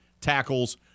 tackles